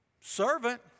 Servant